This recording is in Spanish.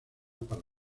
para